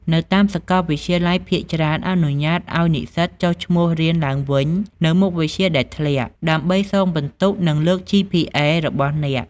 នៅតាមសាកលវិទ្យាល័យភាគច្រើនអនុញ្ញាតឲ្យនិស្សិតចុះឈ្មោះរៀនឡើងវិញនូវមុខវិជ្ជាដែលធ្លាក់ ដើម្បីសងពិន្ទុ និងលើក GPA របស់អ្នក។